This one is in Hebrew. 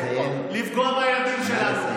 הנושא הזה שהילדים שלנו